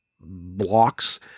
blocks